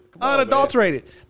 unadulterated